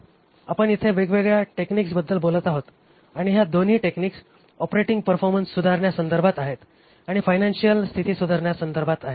तर आपण इथे वेगवेगळ्या टेक्निक्सबद्दल बोलत आहोत आणि ह्या दोन्ही टेक्निक्स ऑपरेटिंग परफॉर्मन्स सुधारण्यासंदर्भात आहेत आणि फायनान्शियल स्थिती सुधारण्या संदर्भात आहेत